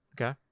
Okay